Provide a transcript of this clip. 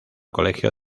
colegio